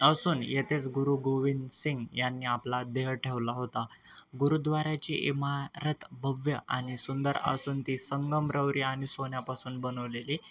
असून येथेच गुरू गोविंद सिंग यांनी आपला देह ठेवला होता गुरुद्वाऱ्याची इमारत भव्य आणि सुंदर असून ती संगमरवरी आणि सोन्यापासून बनवलेली